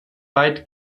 weit